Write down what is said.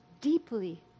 deeply